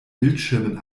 bildschirmen